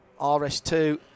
RS2